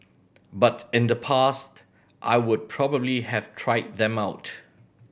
but in the past I would probably have tried them out